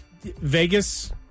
Vegas